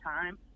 time